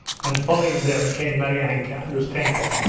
and following them came maryanka and ustenka.